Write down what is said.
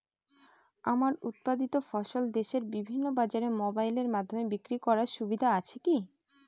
আমার উৎপাদিত ফসল দেশের বিভিন্ন বাজারে মোবাইলের মাধ্যমে বিক্রি করার সুবিধা আছে কি?